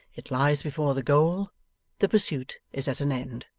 it lies before the goal the pursuit is at an end.